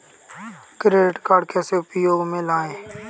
Credit card कैसे उपयोग में लाएँ?